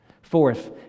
Fourth